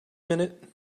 minute